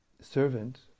servant